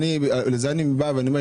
אז אם אני בא ואני אומר,